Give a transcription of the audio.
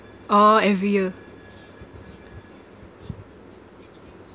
oh every year